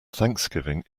thanksgiving